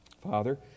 Father